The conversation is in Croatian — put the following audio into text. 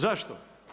Zašto?